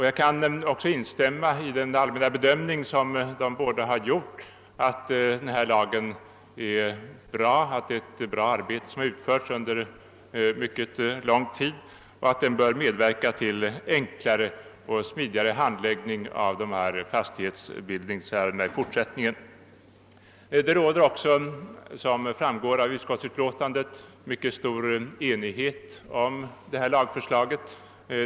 Jag kan instämma i de båda talarnas allmänna bedömning, att detta är ett bra lagförslag. Det är fråga om ett skickligt arbete som har pågått under mycket lång tid och lagen bör kunna medverka till en enklare och smidigare handläggning av fastighetsbildningsärenden i fortsättningen. Som framgår av utskottets utlåtande råder det också mycket stor enighet om lagförslaget.